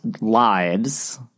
lives